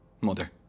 Mother